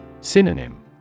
Synonym